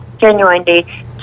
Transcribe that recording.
genuinely